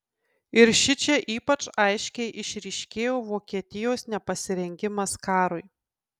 ir šičia ypač aiškiai išryškėjo vokietijos nepasirengimas karui